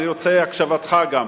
אני רוצה את הקשבתך גם,